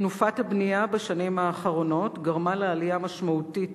תנופת הבנייה בשנים האחרונות גרמה לעלייה משמעותית